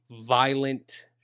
violent